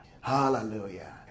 Hallelujah